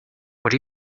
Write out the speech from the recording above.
would